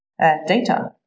data